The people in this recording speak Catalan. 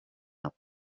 del